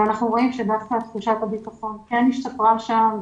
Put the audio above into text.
ואנחנו רואים שדווקא תחושת הביטחון כן השתפרה שם.